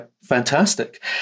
Fantastic